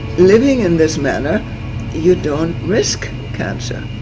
living in this manner you don't risk cancer.